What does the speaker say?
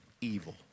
Evil